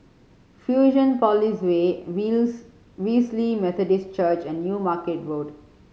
Fusionopolis Way Veiws Wesley Methodist Church and New Market Road